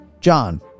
John